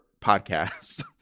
podcast